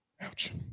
ouch